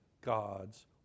God's